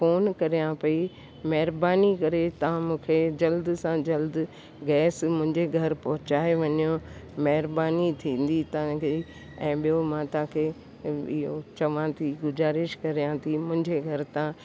phone करियां पई महिरबानी करे तव्हां मूंखे जल्द सां जल्द गैस मुंहिंजे घरु पहुचाए वञो महिरबानी थींदी तव्हांजी ऐं ॿियो मां तव्हांखे इहो चवा थी गुज़ारिश करियां थी मुंहिंजे घर तव्हां